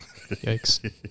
Yikes